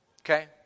Okay